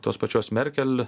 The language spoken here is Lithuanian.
tos pačios merkel